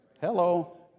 Hello